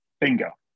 Bingo